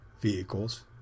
vehicles